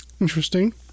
Interesting